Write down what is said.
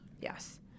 Yes